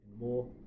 more